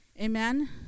amen